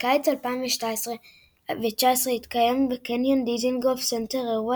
בקיץ 2019 התקיים בקניון דיזנגוף סנטר אירוע